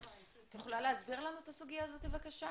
את יכולה להסביר לנו את הסוגיה הזאת בבקשה?